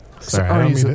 Sorry